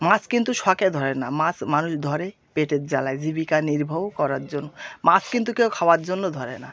মাছ কিন্তু শখে ধরে না মাছ মানুষ ধরে পেটের জ্বালায় জীবিকা নির্বাহ করার জন্য মাছ কিন্তু কেউ খাওয়ার জন্য ধরে না